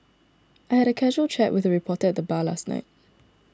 I had a casual chat with a reporter at the bar last night